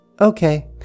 Okay